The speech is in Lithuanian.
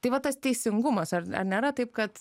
tai va tas teisingumas ar ar nėra taip kad